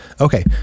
Okay